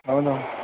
ꯊꯝꯃꯣ ꯊꯝꯃꯣ